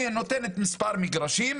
היא נותנת מספר מגרשים,